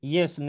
Yes